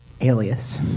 Alias